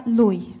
lui